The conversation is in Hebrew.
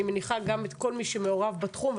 אני מניחה גם את כל מי שמעורב בתחום,